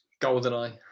goldeneye